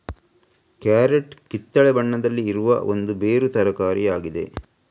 carrot ಕಿತ್ತಳೆ ಬಣ್ಣದಲ್ಲಿ ಇರುವ ಒಂದು ಬೇರು ತರಕಾರಿ ಆಗಿದೆ